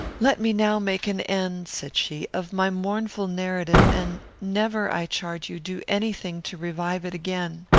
let me now make an end, said she, of my mournful narrative, and never, i charge you, do any thing to revive it again.